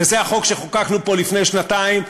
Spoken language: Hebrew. וזה החוק שחוקקנו פה לפני שנתיים.